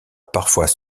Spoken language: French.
parfois